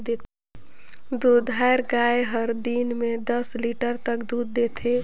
दूधाएर गाय हर दिन में दस लीटर तक दूद देथे